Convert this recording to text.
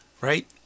right